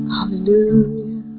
Hallelujah